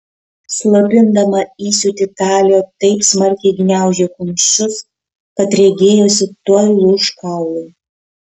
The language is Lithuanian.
slopindama įsiūtį talė taip smarkiai gniaužė kumščius kad regėjosi tuoj lūš kaulai